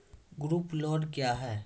Group loan क्या है?